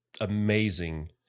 amazing